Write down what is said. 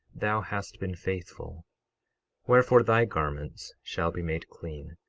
thou hast been faithful wherefore, thy garments shall be made clean.